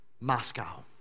Moscow